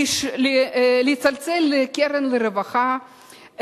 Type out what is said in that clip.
לצלצל לקרן הרווחה,